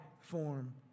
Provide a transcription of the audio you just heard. form